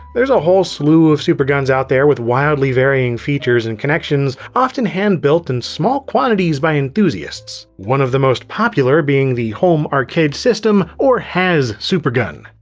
there's a whole slew of superguns out there with wildly varying features and connections, often hand-built in small quantities by enthusiasts. one of the most popular being the home arcade system, or has supergun.